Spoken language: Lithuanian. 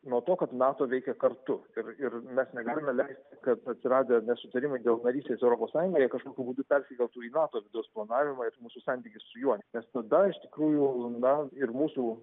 nuo to kad nato veikia kartu ir ir mes negalime leisti kad atsiradę nesutarimai dėl narystės europos sąjungoje kažkokiu būdu persikeltų į nato vidaus planavimą ir mūsų santykius su juo nes tada iš tikrųjų na ir mūsų